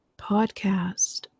podcast